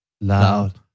Loud